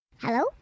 Hello